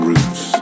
Roots